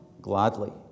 gladly